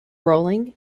rolling